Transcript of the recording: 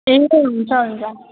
ए हुन्छ हुन्छ